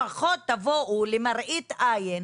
לפחות תבואו למראית עין,